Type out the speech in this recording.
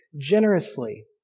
generously